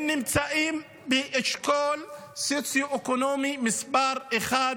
הם נמצאים באשכול סוציו-אקונומי 1,